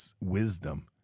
wisdom